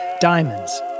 Diamonds